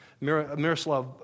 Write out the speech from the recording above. Miroslav